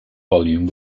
volume